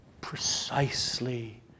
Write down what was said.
Precisely